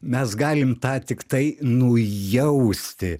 mes galim tą tiktai nujausti